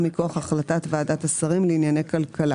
באופן אחראי תוך הגנה על האינטרסים הציבוריים.